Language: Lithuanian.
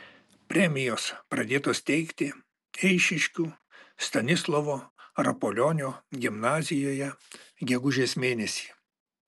premijos pradėtos teikti eišiškių stanislovo rapolionio gimnazijoje gegužės mėnesį